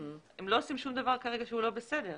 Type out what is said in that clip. כרגע הם לא עושים שום דבר שהוא לא בסדר.